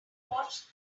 watched